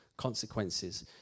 consequences